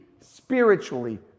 spiritually